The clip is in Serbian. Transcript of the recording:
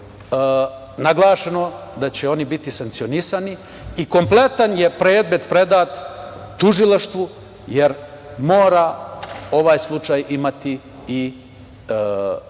naglašeno da će oni biti sankcionisani i kompletan predmet je predat tužilaštvu, jer mora ovaj slučaj imati i